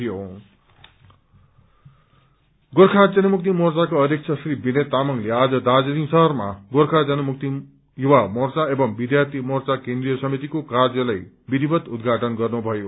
office Gorkha Janmukti मोर्चाका अध्यक्ष श्री विनय तामाङ्ले आज दार्जालिङ शहरमा गोर्खा जनमुक्ति युवा मोर्चा एवं विद्यार्थी मोर्चा केन्द्रिय समितिको कार्यालय विविधवत उद्घाटन गर्नुभयो